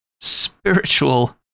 spiritual